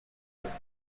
was